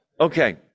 Okay